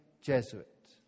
Jesuit